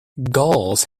gulls